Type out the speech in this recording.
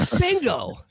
Bingo